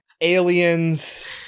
Aliens